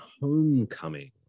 Homecoming